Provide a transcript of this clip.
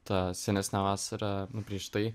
tą senesnę vasarą prieš tai